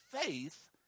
faith